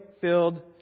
filled